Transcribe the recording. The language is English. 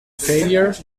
failure